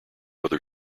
other